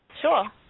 Sure